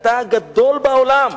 אתה גדול בעולם,